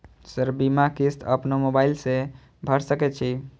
Sir बीमा किस्त अपनो मोबाईल से भर सके छी?